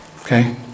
okay